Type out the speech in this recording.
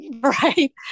Right